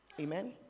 Amen